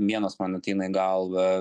vienas man ateina į galvą